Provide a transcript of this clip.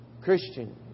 Christian